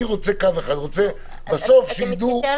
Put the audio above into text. אני רוצה קו אחד שבא מהמנכ"ל.